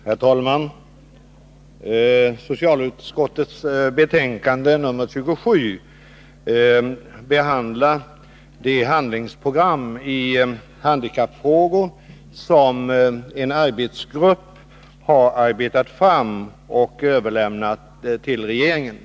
Herr talman! Socialutskottets betänkande 27 behandlar det handlingsprogram i handikappfrågor som en arbetsgrupp har arbetat fram och överlämnat till regeringen.